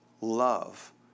love